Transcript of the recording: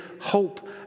hope